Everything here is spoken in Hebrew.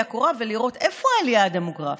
הקורה ולראות איפה העלייה הדמוגרפית.